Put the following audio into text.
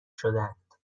شدند